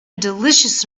delicious